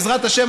בעזרת השם,